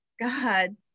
God